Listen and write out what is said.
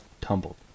tumbled